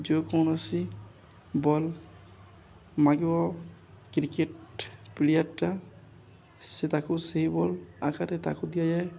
ଯେକୌଣସି ବଲ୍ ମାଗିବ କ୍ରିକେଟ୍ ପ୍ଲେୟାର୍ଟା ସେ ତାକୁ ସେଇ ବଲ୍ ଆକାରରେ ତାକୁ ଦିଆଯାଏ